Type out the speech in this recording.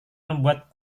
membuat